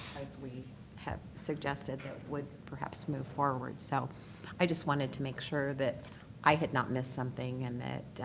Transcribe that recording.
as we have suggested that would perhaps move forward. so i just wanted to make sure that i had not missed something and that,